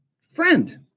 friend